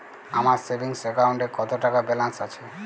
আমার সেভিংস অ্যাকাউন্টে কত টাকা ব্যালেন্স আছে?